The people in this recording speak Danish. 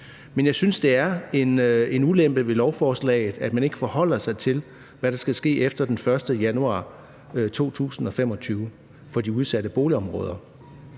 Men jeg synes, at det er en ulempe ved lovforslaget, at man ikke forholder sig til, hvad der skal ske efter den 1. januar 2025 for de udsatte boligområder.